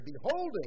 beholding